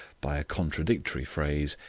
by a contradictory phrase,